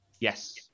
Yes